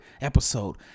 episode